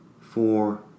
Four